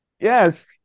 Yes